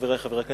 חברי חברי הכנסת,